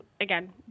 Again